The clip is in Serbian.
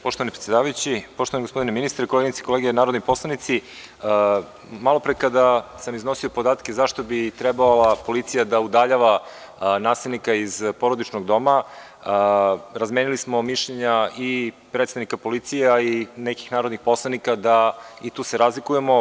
Poštovani predsedavajući, poštovani gospodine ministre, koleginice i kolege narodni poslanici, malo pre kada sam iznosio podatke zašto bi trebala policija da udaljava nasilnika iz porodičnog doma razmenili smo mišljenja i predstavnika policija i nekih narodnih poslanika i tu se razlikujemo.